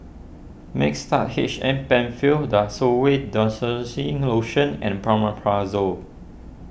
Mixtard H M Penfill Desowen Desonide Lotion and Omeprazole